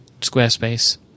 Squarespace